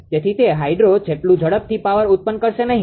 તેથી તે હાઇડ્રો જેટલું ઝડપથી પાવર ઉત્પન્ન કરી શકશે નહીં